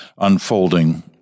unfolding